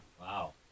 Wow